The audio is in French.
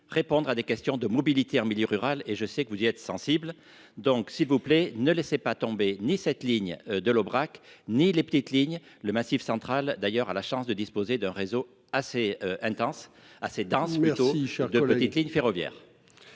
répondre à des questions de mobilité en milieu rural et je sais que vous y êtes sensible. Donc s'il vous plaît, ne laissait pas tomber ni cette ligne de l'Aubrac, ni les petites lignes, le Massif. D'ailleurs à la chance de disposer d'un réseau assez intense assez dense plutôt Michel de petites lignes ferroviaires.